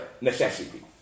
necessity